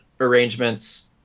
arrangements